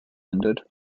ended